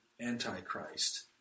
Antichrist